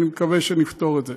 אני מקווה שנפתור את זה.